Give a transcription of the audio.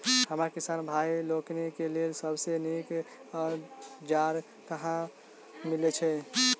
हमरा किसान भाई लोकनि केँ लेल सबसँ नीक औजार कतह मिलै छै?